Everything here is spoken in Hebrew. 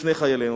לפני חיילינו.